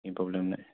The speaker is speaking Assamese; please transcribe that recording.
এই প্ৰব্লেম নাই